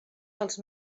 dels